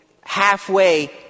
halfway